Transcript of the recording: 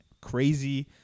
crazy